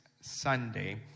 Sunday